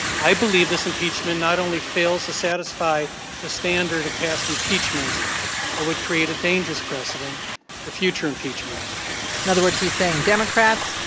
i believe this impeachment not only fails to satisfy the standard of past impeachments, it would create a dangerous precedent for future impeachments in other words, he's saying democrats,